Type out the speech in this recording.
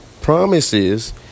promises